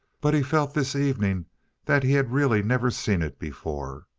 but he felt this evening that he had really never seen it before.